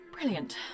Brilliant